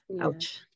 Ouch